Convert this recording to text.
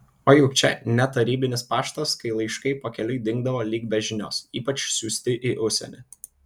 o juk čia ne tarybinis paštas kai laiškai pakeliui dingdavo lyg be žinios ypač siųsti į užsienį